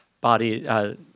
body